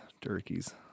turkeys